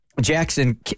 Jackson